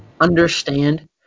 understand